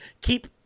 Keep